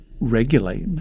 regulate